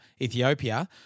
Ethiopia